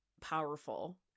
powerful